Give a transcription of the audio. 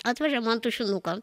atvežė man tušinuką